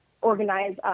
organize –